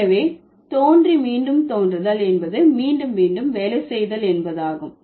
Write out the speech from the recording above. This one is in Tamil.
எனவே தோன்றி மீண்டும் தோன்றுதல் என்பது மீண்டும் மீண்டும் வேலை செய்தல் என்பதாகும்